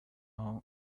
town